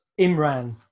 Imran